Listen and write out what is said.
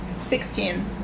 sixteen